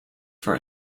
for